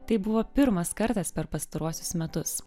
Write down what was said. tai buvo pirmas kartas per pastaruosius metus